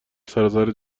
سراسر